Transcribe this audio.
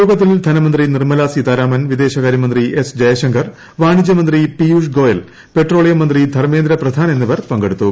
യോഗത്തിൽ ധനമന്ത്രി നിർമ്മലാ സീതാരാമൻ വിദേശകാര്യമന്ത്രി എസ് ജയശങ്കർ വാണിജ്യമന്ത്രി പീയുഷ് ഗോയൽ പെട്രോളിയം മന്ത്രി ധർമ്മേന്ദ്ര പ്രധാൻ എന്നിവർ പങ്കെടുത്തു